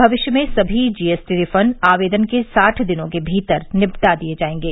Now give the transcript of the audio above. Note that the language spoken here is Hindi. भविष्य में सभी जीएसटी रिफंड आवेदन के साढ दिनों के भीतर निपटा दिए जाएंगे